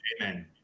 Amen